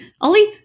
Ollie